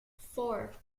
four